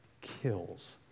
kills